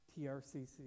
TRCC